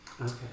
Okay